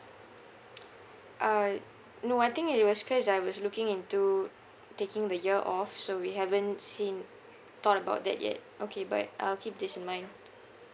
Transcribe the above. uh no I think it was cause I was looking into taking the year off so we haven't seen thought about that yet okay but I'll keep this in mind